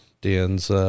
Dan's